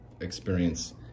experience